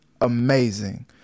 amazing